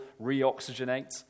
reoxygenate